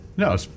No